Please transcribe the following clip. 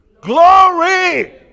glory